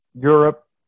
Europe